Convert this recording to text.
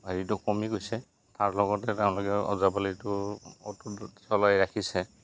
হেৰিটো কমি গৈছে তাৰ লগতে তেওঁলোকে ওজাপালিটো অটুট চলাই ৰাখিছে